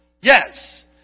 yes